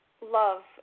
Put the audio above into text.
love